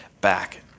back